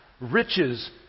riches